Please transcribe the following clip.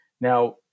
Now